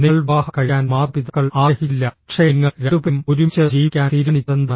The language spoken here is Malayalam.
നിങ്ങൾ വിവാഹം കഴിക്കാൻ മാതാപിതാക്കൾ ആഗ്രഹിച്ചില്ല പക്ഷേ നിങ്ങൾ രണ്ടുപേരും ഒരുമിച്ച് ജീവിക്കാൻ തീരുമാനിച്ചതെന്താണ്